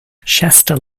shasta